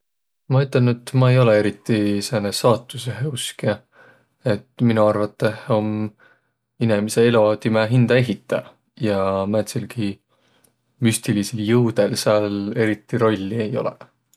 Ma ütelnüq, et ma ei olõq eriti sääne saatusõhe uskja. Et mino arvatõh om inemise elo timä hindä ehitäq ja määntsilgi müstiliidsil jõudõl sääl eriti rolli ei olõq.